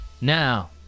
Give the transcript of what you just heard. Now